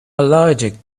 allergic